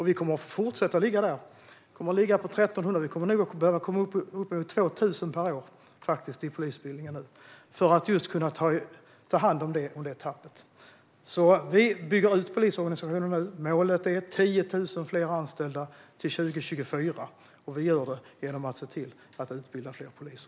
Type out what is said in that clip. Vi kommer att fortsätta ligga på den nivån. Vi kommer nog att behöva komma upp mot 2 000 per år i polisutbildningen för att kunna ta hand om tappet. Vi bygger nu ut polisorganisationen. Målet är 10 000 fler anställda till 2024, och vi gör det genom att se till att utbilda fler poliser.